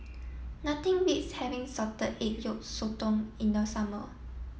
nothing beats having Salted Egg Yolk Sotong in the summer